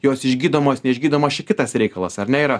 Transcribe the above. jos išgydomos neišgydomos čia kitas reikalas ar ne yra